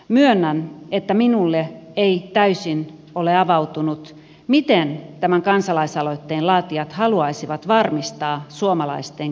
myönnän että minulle ei täysin ole avautunut miten tämän kansalaisaloitteen laatijat haluaisivat varmistaa suomalaisten kieliosaamisen